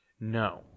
No